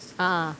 ah